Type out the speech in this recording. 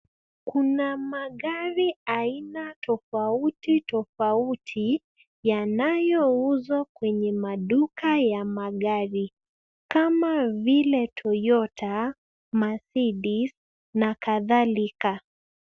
Kuna magari aina tofautitofauti yanayouzwa kwenye maduka ya magari kama vile Toyota, Mercedes na kadhalika.